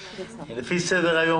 לפי סדר היום